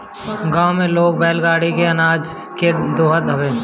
गांव में लोग बैलगाड़ी से अनाज के ढोअत हवे